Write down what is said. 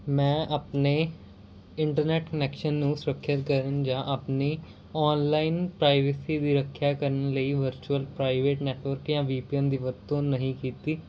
ਮੈਂ ਆਪਣੇ internet connection ਨੂੰ ਸੁਰੱਖਿਤ ਕਰਨ ਜਾਂ ਆਪਣੀ ਆਨਲਾਈਨ ਪ੍ਰਾਈਵੇਸੀ ਦੀ ਰੱਖਿਆ ਕਰਨ ਲਈ ਵਰਚੁਅਲ ਪ੍ਰਾਈਵੇਟ ਨੈਟਵਰਕ ਜਾਂ ਵੀ ਪੀ ਐਨ ਦੀ ਵਰਤੋਂ ਨਹੀਂ ਕੀਤੀ